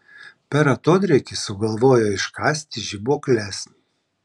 per atodrėkį sugalvojo iškasti žibuokles